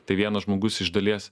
tai vienas žmogus iš dalies